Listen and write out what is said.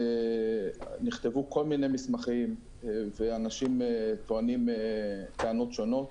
נכתבו כל מיני מסמכים, ואנשים טוענים טענות שונות,